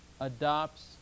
adopts